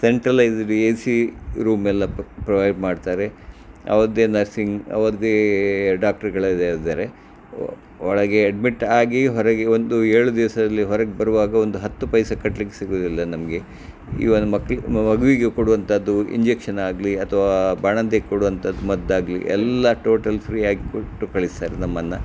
centralised A C ರೂಮೆಲ್ಲ provide ಮಾಡ್ತಾರೆ ಅವ್ರದ್ದೇ ನರ್ಸಿಂಗ್ ಅವ್ರದ್ದೆ ಡಾಕ್ಟ್ರ್ಗಳೆಲ್ಲ ಇದ್ದಾರೆ ಒಳಗೆ ಎಡ್ಮಿಟ್ ಆಗಿ ಹೊರಗೆ ಒಂದು ಏಳು ದಿವಸದಲ್ಲಿ ಹೊರಗೆ ಬರುವಾಗ ಒಂದು ಹತ್ತು ಪೈಸೆ ಕಟ್ಲಿಕ್ಕೆ ಸಿಗೋದಿಲ್ಲ ನಮಗೆ ಇವನ ಮಕ್ಳಿಗೆ ಮಗುವಿಗೆ ಕೊಡುವಂಥದ್ದು ಇಂಜೆಕ್ಷನಾಗಲಿ ಅಥವಾ ಬಾಣಂತಿಗೆ ಕೊಡುವಂಥದ್ದು ಮದ್ದಾಗಲಿ ಎಲ್ಲ ಟೋಟಲ್ ಫ್ರೀಯಾಗಿ ಕೊಟ್ಟು ಕಳಿಸ್ತಾರೆ ನಮ್ಮನ್ನು